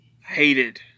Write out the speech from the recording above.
Hated